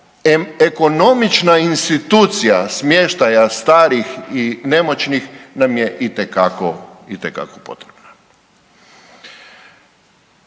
ekonomična institucija smještaja starih i nemoćnih nam je itekako, itekako